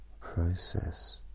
process